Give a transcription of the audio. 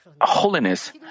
holiness